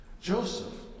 Joseph